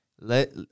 let